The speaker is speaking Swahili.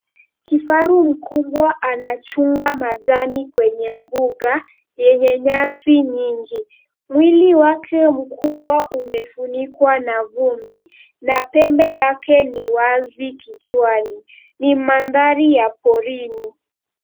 Kifaru mkubwa anachunga majani kwenye mbuga wenye nyasi nyasi nyingi. Mwili wake mkubwa umefunikwa na vumbi na pembe yake ni wazi kichwani. Ni mandhari ya porini.